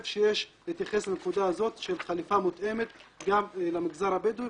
שיש להתייחס לנקודה הזאת של חליפה מותאמת גם למגזר הבדואי,